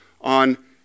on